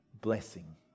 blessing